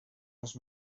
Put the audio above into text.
les